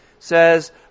says